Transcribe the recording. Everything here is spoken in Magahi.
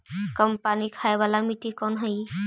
कम पानी खाय वाला मिट्टी कौन हइ?